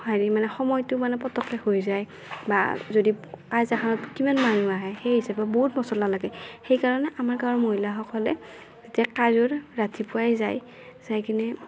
হেৰি মানে সময়টো মানে পটককে হৈ যায় বা যদি কাজ এখানত কিমান মানুহ আহে সেই হিচাপেও বহুত মচলা লাগে সেইকাৰণে আমাৰ গাঁৱৰ মহিলাসকলে যেতিয়া কাজৰ ৰাতিপুৱাই যায় যাই কিনে